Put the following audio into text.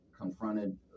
confronted